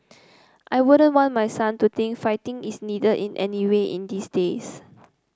I wouldn't want my son to think fighting is needed in any way in these days